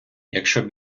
якщо